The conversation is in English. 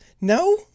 No